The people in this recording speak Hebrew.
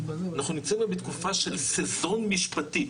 אנחנו נמצאים היום בתקופה של סזון משפטי.